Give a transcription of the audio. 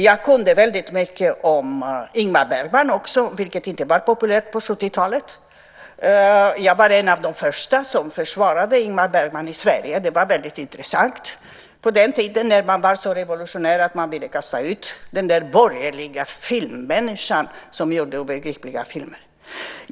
Jag kunde väldigt mycket om Ingmar Bergman också, vilket inte var populärt på 70-talet. Jag var en av de första som försvarade Ingmar Bergman i Sverige. Det var väldigt intressant på den tiden när man var så revolutionär att man ville kasta ut den där borgerliga filmmänniskan som gjorde obegripliga filmer.